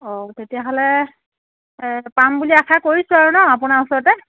অ তেতিয়াহ'লে এ পাম বুলি আশা কৰিছোঁ আৰু ন' আপোনাৰ ওচৰতে